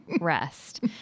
rest